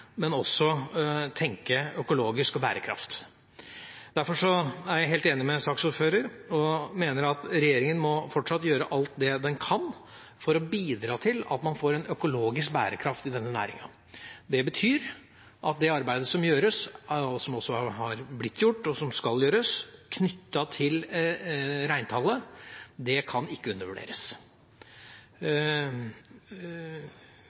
og bærekraft. Derfor er jeg helt enig med saksordføreren i at regjeringa fortsatt må gjøre alt den kan for å bidra til at man får en økologisk bærekraft i denne næringa. Det betyr at det arbeidet som gjøres, som også er blitt gjort, og som skal gjøres, knyttet til reintallet, ikke kan undervurderes. Det er egentlig ganske underlig at man ikke